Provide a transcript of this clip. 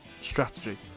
strategy